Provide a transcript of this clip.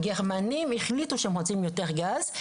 הגרמנים החליטו שהם רוצים יותר גז.